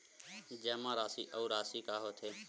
जमा राशि अउ राशि का होथे?